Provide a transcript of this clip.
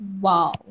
Wow